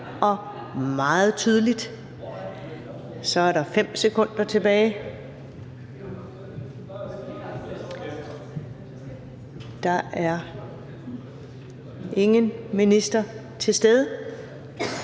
og meget tydeligt. Så er der 5 sekunder tilbage. Der er ingen minister til stede.